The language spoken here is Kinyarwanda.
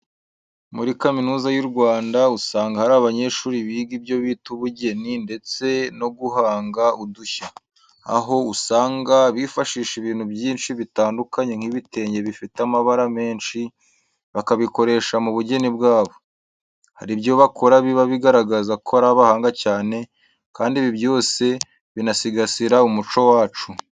Muri Kaminuza y'u Rwanda usanga hari abanyeshuri biga ibyo bita ubugeni ndetse no guhanga udushya, aho usanga bifashisha ibintu byinshi bitandukanye nk'ibitenge bifite amabara menshi, bakabikoresha mu bugeni bwabo. Hari ibyo bakora biba bigaragaza ko ari abahanga cyane kandi ibi byose binasigasira umuco wacu.